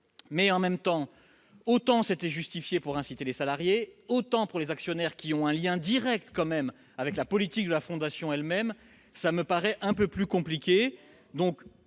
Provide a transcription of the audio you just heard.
En même temps, autant le dispositif était justifié pour inciter les salariés, autant, pour les actionnaires qui ont un lien direct avec la politique de la fondation elle-même, cela me paraît un peu plus compliqué.